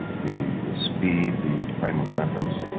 the. the speed, the frame of reference,